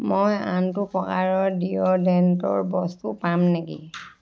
মই আনটো প্ৰকাৰৰ ডিঅ'ডেণ্টৰ বস্তু পাম নেকি